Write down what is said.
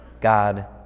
God